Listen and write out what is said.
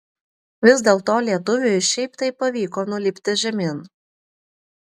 vis dėlto lietuviui šiaip taip pavyko nulipti žemyn